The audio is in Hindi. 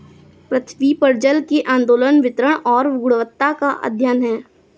पृथ्वी पर जल के आंदोलन वितरण और गुणवत्ता का अध्ययन है